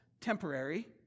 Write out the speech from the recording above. temporary